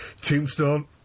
Tombstone